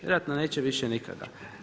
Vjerojatno neće više nikada.